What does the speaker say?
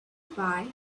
bye